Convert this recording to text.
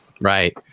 right